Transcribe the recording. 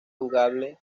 jugable